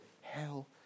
hell